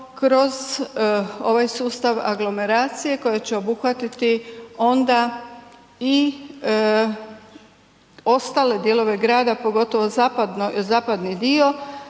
kroz ovaj sustav aglomeracije koji će obuhvatiti onda i ostale dijelove grada pogotovo zapadni dio